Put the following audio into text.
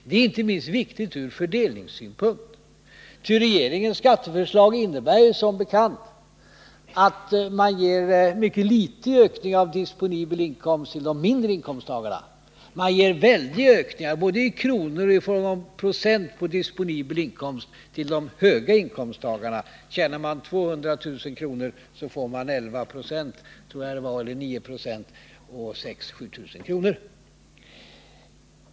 Det är inte minst viktigt ur fördelningssynpunkt. Regeringens skatteförslag innebär som bekant att man ger mycket litet i ökning av disponibel inkomst till de mindre inkomsttagarna, men man ger väldiga ökningar både i kronor och i procent på disponibel inkomst till höginkomsttagarna — tjänar man 200 000 kr. får man en skattelättnad på, om jag minns rätt, 11 eller möjligen 9 26, motsvarande 6 000-7 000 kr.